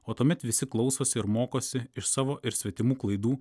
o tuomet visi klausosi ir mokosi iš savo ir svetimų klaidų